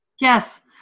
Yes